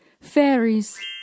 fairies